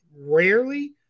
rarely